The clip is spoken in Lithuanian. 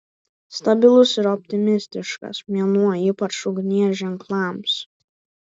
stabilus ir optimistiškas mėnuo ypač ugnies ženklams